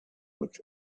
looked